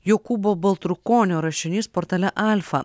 jokūbo baltrukonio rašinys portale alfa